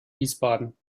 wiesbaden